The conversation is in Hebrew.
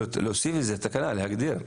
סעיף .9 היתר מיוחד,